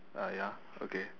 uh ya okay